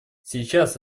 сейчас